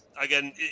again